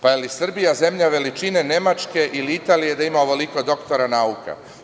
Da li je Srbija zemlja veličine Nemačke ili Italije, pa da ima ovoliko doktora nauka?